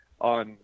on